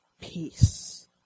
peace